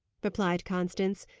replied constance.